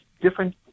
different